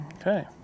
Okay